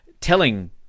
telling